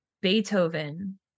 Beethoven